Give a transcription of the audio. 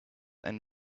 and